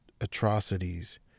atrocities